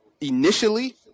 initially